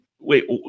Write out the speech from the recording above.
wait